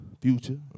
Future